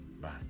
Bye